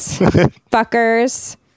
fuckers